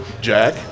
Jack